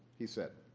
he said.